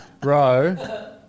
Bro